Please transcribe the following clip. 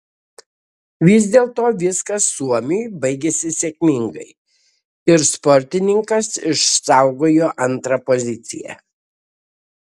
vis dėlto viskas suomiui baigėsi sėkmingai ir sportininkas išsaugojo antrą poziciją